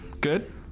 Good